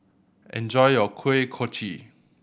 enjoy your Kuih Kochi